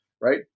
right